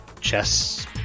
chess